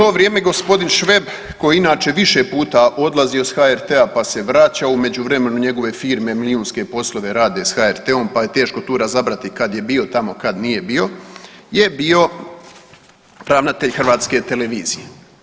U to vrijeme gospodin Šveb koji je inače više puta odlazio s HRT-a pa se vraćao u međuvremenu, njegove firme milijunske poslove rade s HRT-om pa je teško tu razabrati kad je bio tamo, kad nije bio, je bio ravnatelj Hrvatske televizije.